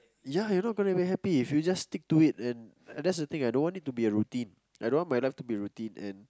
ya you are not going to be happy if you just stick to it and that is the thing I don't want it to be a routine I don't want my life to be a routine and